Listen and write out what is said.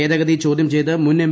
ഭേദഗതി ചോദ്യം ചെയ്ത് മുൻ എം